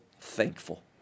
thankful